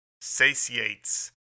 satiates